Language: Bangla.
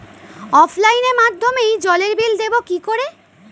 অফলাইনে মাধ্যমেই জলের বিল দেবো কি করে?